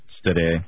today